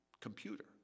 computer